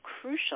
crucial